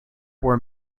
were